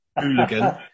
hooligan